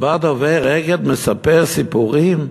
אבל בא דובר "אגד", מספר סיפורים,